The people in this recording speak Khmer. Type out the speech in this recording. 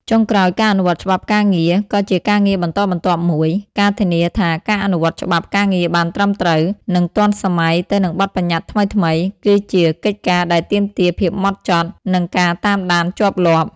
ចុងក្រោយ ការអនុវត្តច្បាប់ការងារ ក៏ជាការងារបន្តបន្ទាប់មួយ ការធានាថាការអនុវត្តច្បាប់ការងារបានត្រឹមត្រូវ និងទាន់សម័យទៅនឹងបទប្បញ្ញត្តិថ្មីៗ គឺជាកិច្ចការដែលទាមទារភាពម៉ត់ចត់ និងការតាមដានជាប់លាប់។